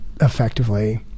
effectively